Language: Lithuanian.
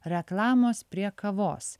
reklamos prie kavos